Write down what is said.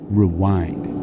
rewind